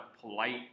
polite